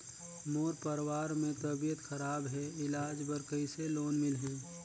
मोर परवार मे तबियत खराब हे इलाज बर कइसे लोन मिलही?